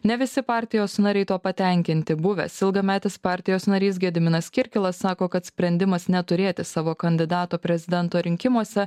ne visi partijos nariai tuo patenkinti buvęs ilgametis partijos narys gediminas kirkilas sako kad sprendimas neturėti savo kandidato prezidento rinkimuose